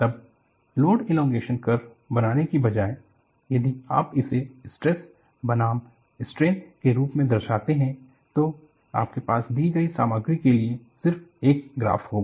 तब load elongation curve बनाने की बजाए यदि आप इसे स्ट्रेस बनाम स्ट्रेन के रूप में दर्शाते हैं तो आपके पास दी गई सामग्री के लिए सिर्फ एक ग्राफ होगा